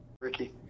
Ricky